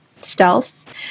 stealth